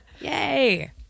Yay